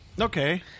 Okay